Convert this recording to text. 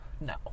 No